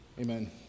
Amen